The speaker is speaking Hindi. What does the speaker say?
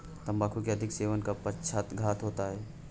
तंबाकू के अधिक सेवन से पक्षाघात होता है